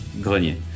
Grenier